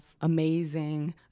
amazing